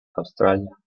australia